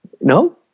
No